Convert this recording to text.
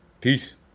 Peace